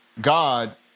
God